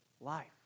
life